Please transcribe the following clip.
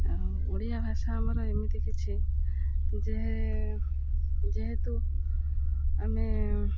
ଆଉ ଓଡ଼ିଆ ଭାଷା ଆମର ଏମିତି କିଛି ଯେ ଯେହେତୁ ଆମେ